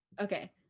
Okay